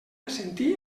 assentí